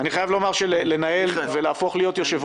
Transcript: אני אומר את זה דווקא לנציגי הממשלה,